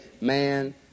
man